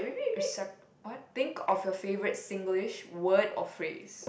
recep~ what think of your favorite Singlish word or phrase